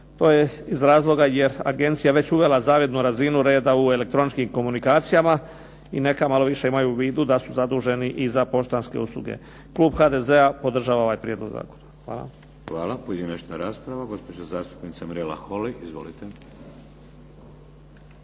To je iz razloga jer je agencija već uvela zavidnu razinu reda u elektroničkim komunikacijama. I neka malo više imaju u vidu da su zaduženi i za poštanske usluge. Klub HDZ-a podržava ovaj prijedlog zakona. Hvala. **Šeks, Vladimir (HDZ)** Hvala. Pojedinačna rasprava, gospođa zastupnica Mirela Holy. Izvolite.